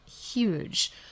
huge